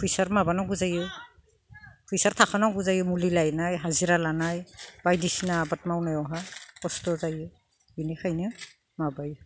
फैसा आरो माबा नांगौ जायो फैसा थाखा नांगौ जायो मुलि लायनाय हाजिरा लानाय बायदि सिना आबाद मावनायावहा खस्थ'जायो बिनिखायनो माबायो